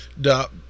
dot